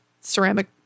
ceramic